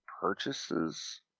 Purchases